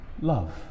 love